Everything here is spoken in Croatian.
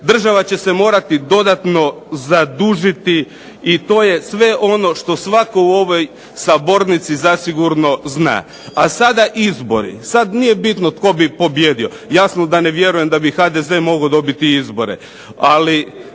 država će se morati dodatno zadužiti i to je sve ono što svatko u ovoj sabornici zasigurno zna. A sada izbori, sada nije bitno tko bi pobijedio. Jasno da ne vjerujem da bi HDZ mogao dobiti izbore,